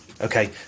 Okay